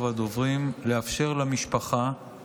לפחות תקשיב למישהו שמבין